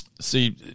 See